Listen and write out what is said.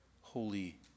Holy